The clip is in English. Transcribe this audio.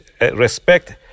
respect